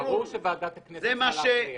ברור שוועדת הכנסת צריכה להכריע.